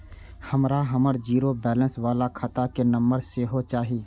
हमरा हमर zero balance बाला खाता के नम्बर सेहो चाही